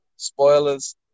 Spoilers